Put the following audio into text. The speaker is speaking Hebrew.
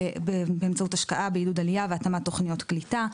באמצעות השקעה בעידוד עלייה והתאמת תוכניות קליטה.